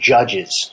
Judges